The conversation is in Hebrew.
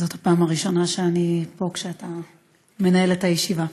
זאת הפעם הראשונה שאני פה כשאתה מנהל את הישיבה.